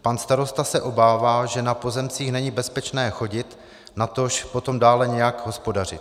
Pan starosta se obává, že na pozemcích není bezpečné chodit, natož potom dále nějak hospodařit.